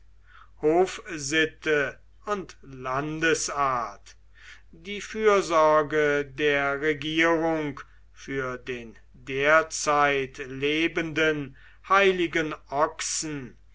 hofsitte und landesart die fürsorge der regierung für den derzeit lebenden heiligen ochsen